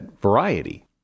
variety